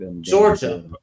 Georgia